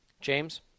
James